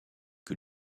que